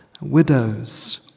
widows